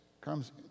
comes